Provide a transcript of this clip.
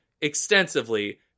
extensively